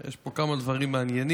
יש פה כמה דברים מעניינים.